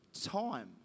time